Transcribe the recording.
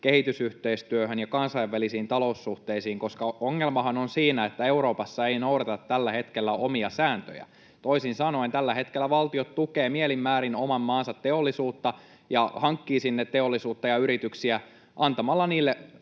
kehitysyhteistyöhön ja kansainvälisiin taloussuhteisiin, koska ongelmahan on siinä, että Euroopassa ei noudateta tällä hetkellä omia sääntöjä. Toisin sanoen tällä hetkellä valtiot tukevat mielin määrin oman maansa teollisuutta ja hankkivat sinne teollisuutta ja yrityksiä antamalla niille